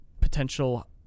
potential